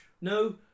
no